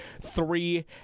three